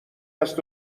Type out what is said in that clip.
است